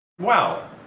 wow